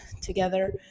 together